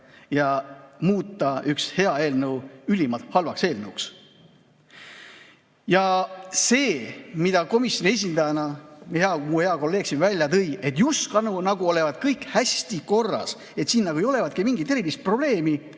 ja muuta üks hea eelnõu ülimalt halvaks eelnõuks. See, mida komisjoni esindajana mu hea kolleeg siin välja tõi, et just nagu oleks kõik hästi korras, et siin nagu ei olevatki mingit erilist probleemi,